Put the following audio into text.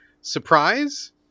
surprise